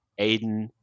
Aiden